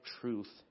truth